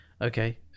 Okay